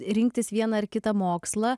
rinktis vieną ar kitą mokslą